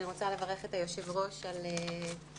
אני רוצה לברך את היושב-ראש עם היכנסו